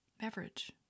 beverage